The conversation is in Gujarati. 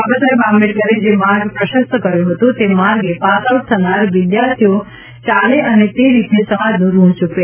બાબાસાહેબ આંબેડકરે જે માર્ગ પ્રશસ્ત કર્યો હતો તે માર્ગે પાસઆઉટ થનાર વિદ્યાર્થીઓ ચાલે અને તે રીતે સમાજનું ઋઋ ચુકવે